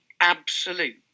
absolute